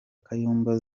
kayumba